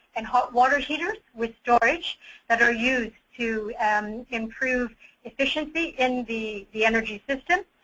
and hot water heater with storage that are used to um improved efficiency in the the energy system.